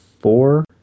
four